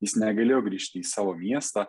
jis negalėjo grįžti į savo miestą